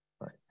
Right